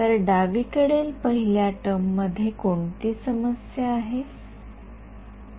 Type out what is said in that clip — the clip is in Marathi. तर डावीकडील पहिल्या टर्म मध्ये कोणती समस्या आहे का